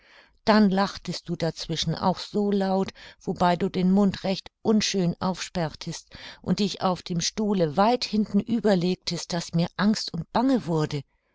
dann lachtest du dazwischen auch so laut wobei du den mund recht unschön aufsperrtest und dich auf dem stuhle weit hintenüber legtest daß mir angst und bange wurde